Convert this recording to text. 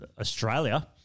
australia